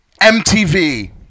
MTV